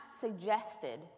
suggested